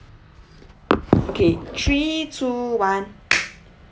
okay three two one